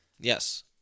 Yes